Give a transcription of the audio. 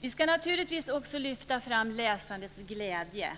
Vi ska naturligtvis också lyfta fram läsandets glädje.